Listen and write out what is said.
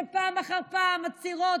שפעם אחר פעם מצהירות,